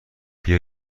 بیا